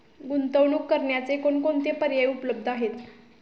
गुंतवणूक करण्याचे कोणकोणते पर्याय उपलब्ध आहेत?